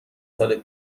سال